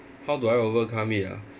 how do I overcome it ah